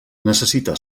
necessita